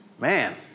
Man